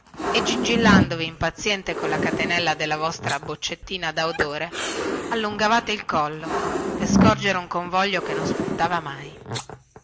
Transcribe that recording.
e gingillandovi impaziente colla catenella della vostra boccettina da odore allungavate il collo per scorgere un convoglio che non spuntava mai